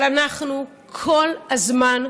אבל אנחנו כל הזמן,